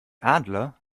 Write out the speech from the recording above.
adler